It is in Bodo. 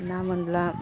ना मोनब्ला